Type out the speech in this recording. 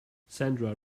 sandra